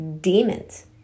demons